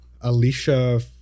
Alicia